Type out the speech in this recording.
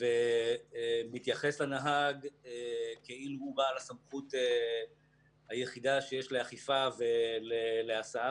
ומתייחס לנהג כאילו הוא בעל הסמכות היחידה שיש לאכיפה ולהסעה,